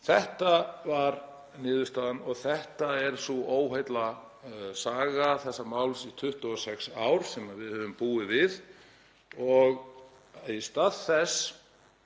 Þetta var niðurstaðan og þetta er sú óheillasaga þessa máls í 26 ár sem við höfum búið við. Í stað þess